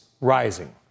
rising